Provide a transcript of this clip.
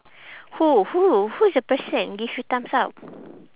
who who who is the person give you thumbs up